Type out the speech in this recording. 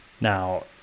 Now